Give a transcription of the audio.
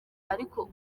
ariko